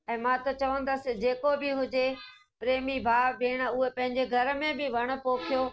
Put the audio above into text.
ऐं मां त चवंदसि जेको बि हुजे प्रेमी भाउ भेण उहे पंहिंजे घर में बि वणु पोखियो